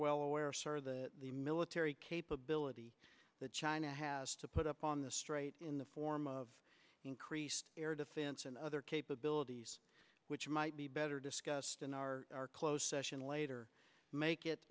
well aware sir that the military capability that china has to put up on the straight in the form of increased air defense and other capabilities which might be better discussed in our our closed session later make it